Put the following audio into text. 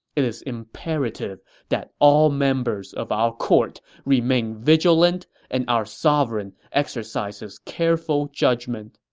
it is imperative that all members of our court remain vigilant and our sovereign exercises careful judgment.